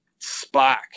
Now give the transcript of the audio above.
Spock